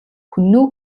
хүннү